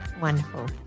Wonderful